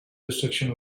destruction